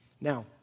Now